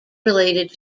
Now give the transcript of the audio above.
related